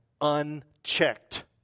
unchecked